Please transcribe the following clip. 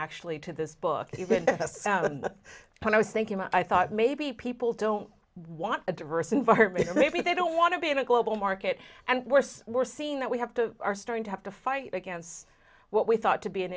actually to this book but when i was thinking about i thought maybe people don't want a diverse environment or maybe they don't want to be in a global market and worse we're seeing that we have to are starting to have to fight against what we thought to be an